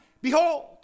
behold